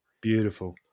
Beautiful